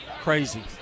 crazy